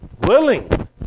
willing